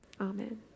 amen